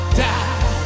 die